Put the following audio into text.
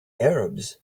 arabs